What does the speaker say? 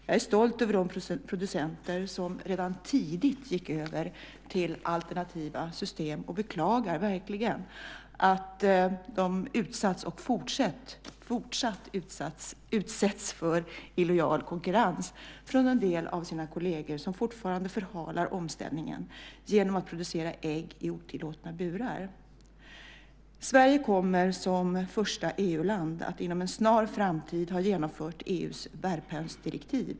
Jag är stolt över de producenter som redan tidigt gick över till alternativa system och beklagar verkligen att de utsatts - och fortsatt utsätts - för illojal konkurrens från en del av sina kollegor som fortfarande förhalar omställningen genom att producera ägg i otillåtna burar. Sverige kommer, som första EU-land, att inom en snar framtid ha genomfört EU:s värphönsdirektiv .